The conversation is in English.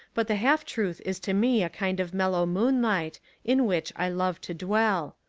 but the half truth is to me a kind of mellow moonlight in which i love to dwell.